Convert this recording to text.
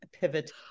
pivot